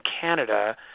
Canada